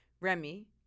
Remy